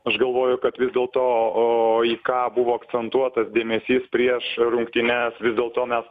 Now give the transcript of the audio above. aš galvoju kad vis dėlto o į ką buvo akcentuotas dėmesys prieš rungtynes vis dėlto mes